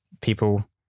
people